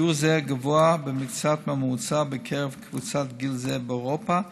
שיעור זה גבוה במקצת מהממוצע בקרב קבוצת גיל זו באירופה,